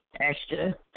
Extra